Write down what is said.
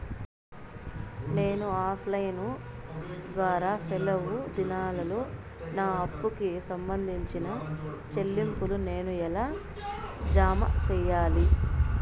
నేను offline ద్వారా సెలవు దినాల్లో నా అప్పుకి సంబంధించిన చెల్లింపులు నేను ఎలా జామ సెయ్యాలి?